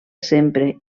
sempre